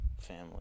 family